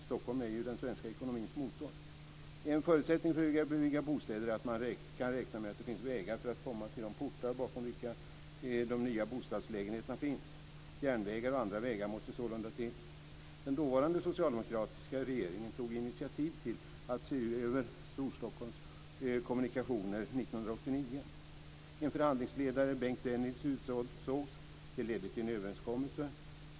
Stockholm är ju den svenska ekonomins motor. En förutsättning för att bygga bostäder är att man kan räkna med att det finns vägar för att komma till de portar bakom vilka de nya bostadslägenheterna finns. Järnvägar och andra vägar måste sålunda byggas. 1989 initiativ till att se över Storstockholms kommunikationer. En förhandlingsledare - Bengt Dennis - utsågs. Det ledde till en överenskommelse.